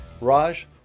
Raj